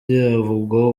uvugwaho